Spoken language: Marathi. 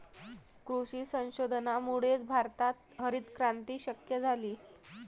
कृषी संशोधनामुळेच भारतात हरितक्रांती शक्य झाली